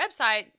website